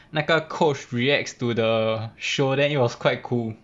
那个 coach reacts to the show then it was quite cool